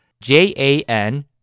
J-A-N